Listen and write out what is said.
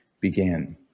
began